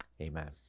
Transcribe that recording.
amen